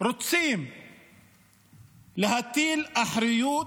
רוצים להטיל אחריות